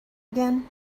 again